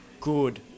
good